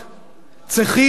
צריכים לתת